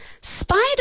Spider